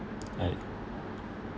right